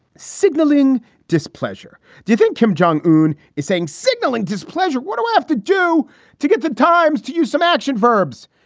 signaling displeasure. do you think kim jong un is saying signaling displeasure? what do we have to do to get the times to use some action verbs?